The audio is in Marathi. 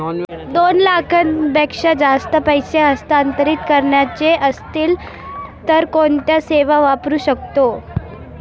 दोन लाखांपेक्षा जास्त पैसे हस्तांतरित करायचे असतील तर कोणती सेवा वापरू शकतो?